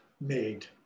made